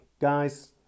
guys